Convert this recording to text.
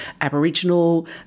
Aboriginal